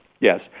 yes